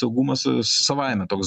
saugumas savaime toks